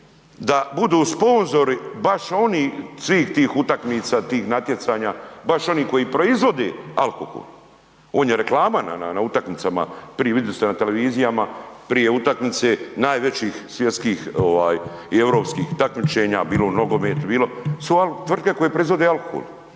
da budu sponzori baš oni svih tih utakmica, tih natjecanja, baš oni koji proizvode alkohol. On je reklama na utakmicama, prije vidli ste na televizijama, prije utakmice najvećih svjetskih ovaj i europskih takmičenja, bilo u nogometu, bilo, su tvrtke koje proizvode alkohol.